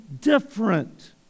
different